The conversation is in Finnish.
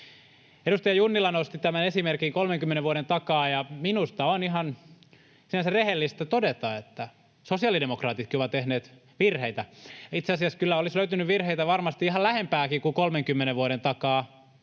Edustaja Junnila nosti tämän esimerkin 30 vuoden takaa, ja minusta on ihan sinänsä rehellistä todeta, että sosiaalidemokraatitkin ovat tehneet virheitä — itse asiassa kyllä olisi löytynyt virheitä varmasti ihan lähempääkin kuin 30 vuoden takaa.